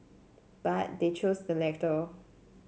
but they chose the latter